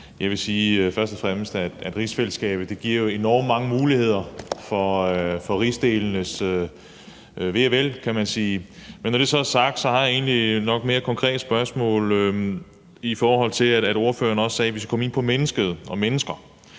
Jeg vil først og fremmest sige, at rigsfællesskabet jo giver enormt mange muligheder for rigsdelenes ve og vel, men når det så er sagt, har jeg et mere konkret spørgsmål i forhold til det, ordføreren sagde, om, at vi skulle komme ind på mennesket og mennesker.